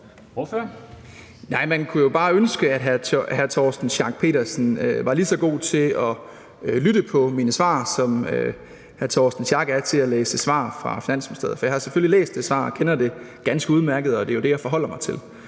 man kunne jo bare ønske, at hr. Torsten Schack Pedersen var lige så god til at lytte til mine svar, som hr. Torsten Schack Pedersen er til at læse et svar fra Finansministeriet, for jeg har selvfølgelig læst det svar og kender det ganske udmærket, og det er jo det, jeg forholder mig til.